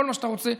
כל מה שאתה רוצה,